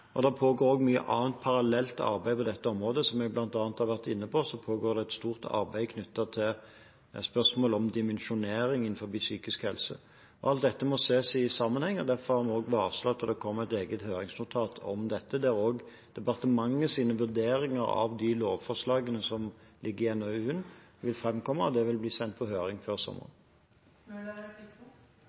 Det pågår også mye annet parallelt arbeid på dette området. Som jeg bl.a. har vært inne på, foregår det et stort arbeid knyttet til spørsmålet om dimensjonering innen psykisk helse. Alt dette må ses i sammenheng. Derfor har vi også varslet at det kommer et eget høringsnotat om dette, der også departementets vurderinger av de lovforslagene som ligger i NOU-en, vil framkomme, og det vil bli sendt på høring før sommeren.